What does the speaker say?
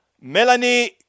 Melanie